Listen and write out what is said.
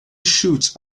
shoots